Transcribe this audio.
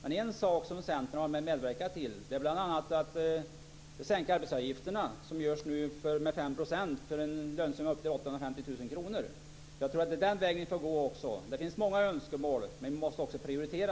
En sak som Centern har medverkat till är att sänka arbetsgivaravgifterna. En sådan sänkning sker nu med Jag tror att det är också den vägen som vi får gå. Det finns många önskemål. Men vi måste också prioritera.